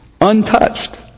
untouched